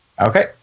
Okay